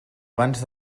abans